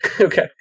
Okay